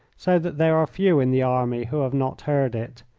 so that there are few in the army who have not heard it,